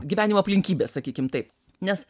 gyvenimo aplinkybės sakykim taip nes